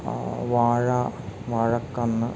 വാഴ വാഴക്കന്ന്